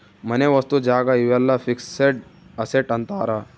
ಮನೆ ವಸ್ತು ಜಾಗ ಇವೆಲ್ಲ ಫಿಕ್ಸೆಡ್ ಅಸೆಟ್ ಅಂತಾರ